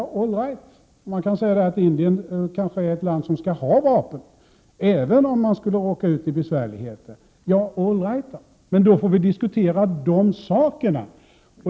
Man kan säga att Indien är ett land som kanske skall ha vapen även om man råkar i besvärligheter. Allright — men då får vi diskutera de sakerna!